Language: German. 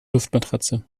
luftmatratze